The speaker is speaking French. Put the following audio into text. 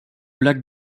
lac